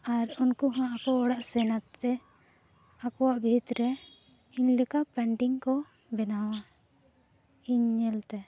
ᱟᱨ ᱩᱱᱠᱩ ᱦᱚᱸ ᱟᱠᱚ ᱚᱲᱟᱜ ᱥᱮᱱ ᱠᱟᱛᱮᱫ ᱟᱠᱚᱣᱟᱜ ᱵᱷᱤᱛ ᱨᱮ ᱤᱧ ᱞᱮᱠᱟ ᱯᱮᱱᱴᱤᱝ ᱠᱚ ᱵᱮᱱᱟᱣᱟ ᱤᱧ ᱧᱮᱞ ᱛᱮ